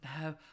no